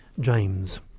James